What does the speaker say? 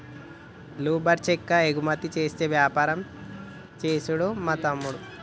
lumber చెక్క ఎగుమతి చేసే వ్యాపారం చేస్తుండు మా తమ్ముడు